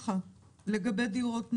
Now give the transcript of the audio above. לגבי דירות נ"ר,